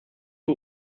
put